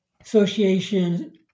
Association